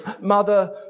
Mother